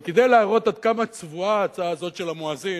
אבל כדי להראות עד כמה צבועה ההצעה הזאת של המואזין,